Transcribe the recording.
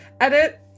edit